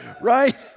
right